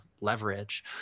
leverage